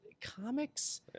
comics